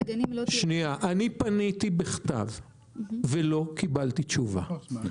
אני פניתי בכתב ולא קיבלתי תשובה.